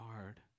hard